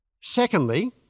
Secondly